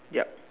yup